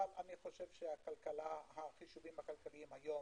אבל אני חושב שהחישובים הכלכליים היום